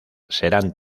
serán